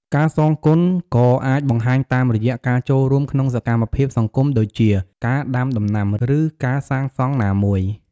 ការសងគុណក៏អាចបង្ហាញតាមរយៈ ការចូលរួមក្នុងសកម្មភាពសង្គមដូចជា ការដាំដំណាំ ឬការសាងសង់ណាមួយ។